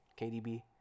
KDB